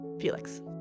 Felix